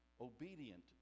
obedient